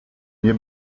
nie